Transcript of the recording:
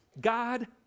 God